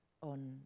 on